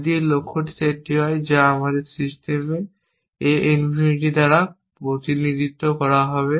যদি এই লক্ষ্য সেটটি হয় যা আমাদের সিস্টেমে A ইনফিনিটি দ্বারা প্রতিনিধিত্ব করা হবে